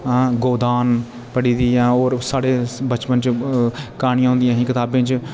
गोदान पढ़ी दी ऐ ओर साढ़े बचपन च कहानियां होन्दिया ही कताबे च